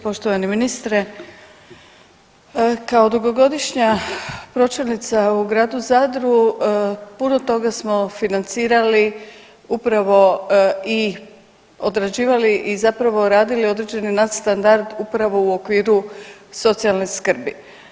Poštovani ministre, kao dugogodišnja pročelnica u gradu Zadru puno toga smo financirali upravo i određivali i zapravo radili određeni nadstandard upravo u okviru socijalne skrbi.